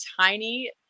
tiny